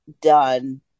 done